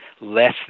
less